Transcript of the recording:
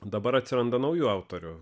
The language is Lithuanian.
dabar atsiranda naujų autorių